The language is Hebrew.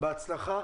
בהצלחה.